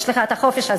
יש לך החופש הזה.